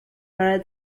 were